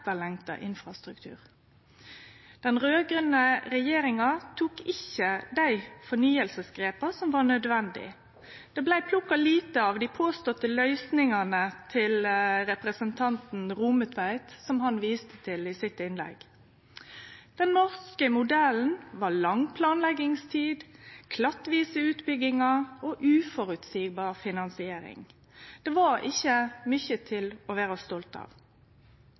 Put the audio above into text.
etterlengta infrastruktur. Den raud-grøne regjeringa tok ikkje dei fornyingsgrepa som var nødvendige. Det blei plukka lite av dei påståtte løysingane som representanten Rommetveit viste til i innlegget sitt. Den norske modellen var lang planleggingstid, klattvise utbyggingar og uføreseieleg finansiering. Det var ikkje mykje å vere stolt av.